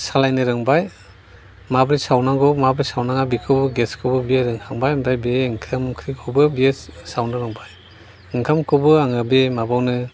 सालायनो रोंबाय माब्रै सावनांगौ माब्रै सावनांआ बेखौबो गेसखौबो रोंहांबाय ओमफ्राय बे ओंखाम ओंख्रिखौबो बियो सावनो रोंबाय ओंखामखौबो आंङो बे माबायावनो